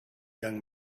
young